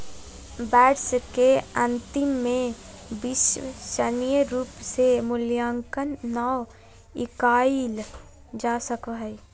वर्ष के अन्तिम में विश्वसनीय रूप से मूल्यांकन नैय कइल जा सको हइ